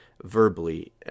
verbally